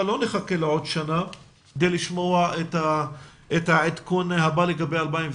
לא נחכה לעוד שנה כדי לשמוע את העדכון הבא לגבי 2020,